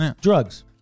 Drugs